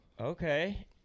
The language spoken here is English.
Okay